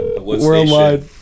Worldwide